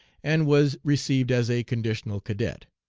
and was received as a conditional cadet.